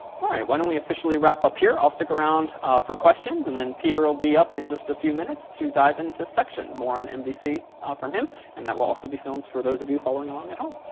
all right. why don't we officially wrap up here? i'll stick around for questions and then peter will be up in just a few minutes to dive into section. more on mvc from him and that will also be filmed for those following along at home.